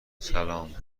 سلام